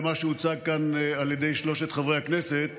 למה שהוצע כאן על ידי שלושת חברי הכנסת